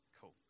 Cool